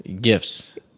Gifts